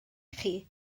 chi